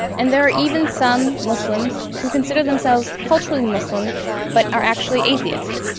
and there are even some muslims who consider themselves culturally muslims but are actually atheists.